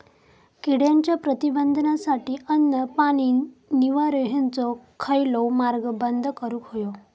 किड्यांच्या प्रतिबंधासाठी अन्न, पाणी, निवारो हेंचो खयलोय मार्ग बंद करुक होयो